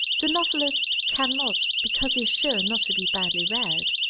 the novelist cannot, because he is sure not to be badly read.